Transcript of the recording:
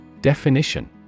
definition